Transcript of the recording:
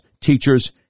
teachers